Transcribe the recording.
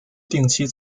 定期